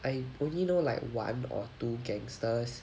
I only know like one or two gangsters